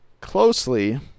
closely